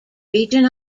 region